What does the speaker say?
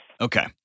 Okay